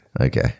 Okay